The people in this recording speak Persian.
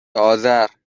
آذر